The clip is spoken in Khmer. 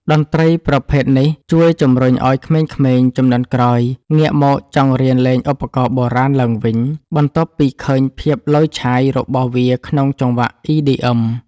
តន្ត្រីប្រភេទនេះជួយជំរុញឱ្យក្មេងៗជំនាន់ក្រោយងាកមកចង់រៀនលេងឧបករណ៍បុរាណឡើងវិញ បន្ទាប់ពីឃើញភាពឡូយឆាយរបស់វាក្នុងចង្វាក់ EDM។